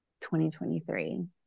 2023